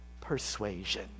persuasion